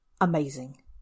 amazing